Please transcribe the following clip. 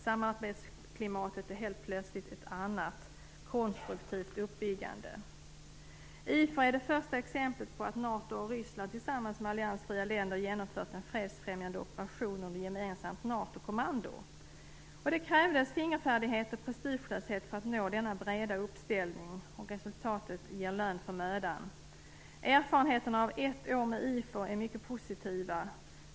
Samarbetsklimatet är helt plötsligt ett annat - konstruktivt uppbyggande. IFOR är det första exemplet på att NATO och Ryssland tillsammans med alliansfria länder genomför en fredsfrämjande operation under gemensamt NATO-kommando. Det krävdes fingerfärdighet och prestigelöshet för att nå denna breda uppställning. Resultatet ger lön för mödan. Erfarenheterna av ett år med IFOR är mycket positiva.